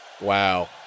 Wow